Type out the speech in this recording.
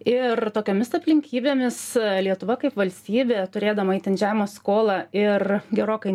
ir tokiomis aplinkybėmis lietuva kaip valstybė turėdama itin žemą skolą ir gerokai